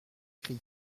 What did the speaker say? cri